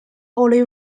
only